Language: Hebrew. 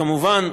כמובן,